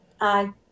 Aye